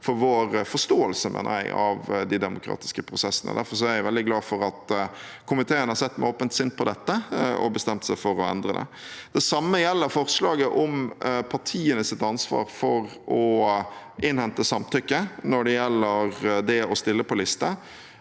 for vår forståelse, mener jeg, av de demokratiske prosessene. Derfor er jeg veldig glad for at komiteen har sett med åpent sinn på dette og bestemt seg for å endre det. Det samme gjelder forslaget om partienes ansvar for å innhente samtykke når det gjelder det å stille på liste.